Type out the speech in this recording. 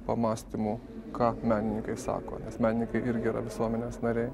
pamąstymų ką menininkai sako nes menininkai irgi yra visuomenės nariai